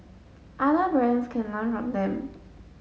other brands can learn from them